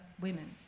women